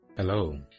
Hello